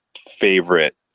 favorite